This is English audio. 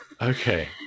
okay